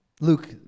Luke